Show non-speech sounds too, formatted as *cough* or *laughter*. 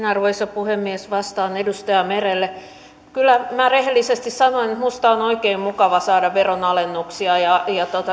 *unintelligible* arvoisa puhemies vastaan edustaja merelle kyllä minä rehellisesti sanon minusta on oikein mukava saada veronalennuksia ja